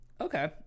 okay